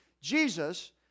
Jesus